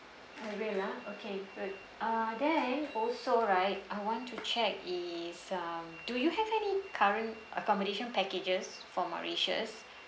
can claim ah okay good uh there also right I want to check is um so uh do you have any current accommodation packages for mauritius